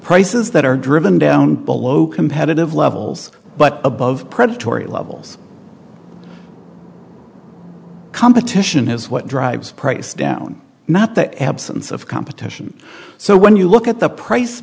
prices that are driven down below competitive levels but above predatory levels competition is what drives prices down not the absence of competition so when you look at the price